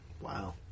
wow